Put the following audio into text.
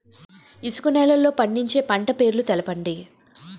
ఇసుక నేలల్లో పండించే పంట పేర్లు తెలపండి?